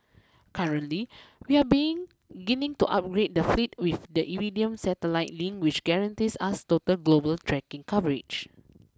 currently we are beginning to upgrade the fleet with the Iridium satellite link which guarantees us total global tracking coverage